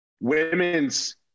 women's